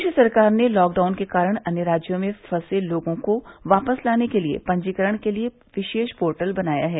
प्रदेश सरकार ने लॉकडाउन के कारण अन्य राज्यों में फंसे लोगों को वापस लाने के लिए पंजीकरण के लिए विशेष पोर्टल बनाया है